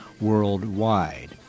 worldwide